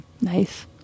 Nice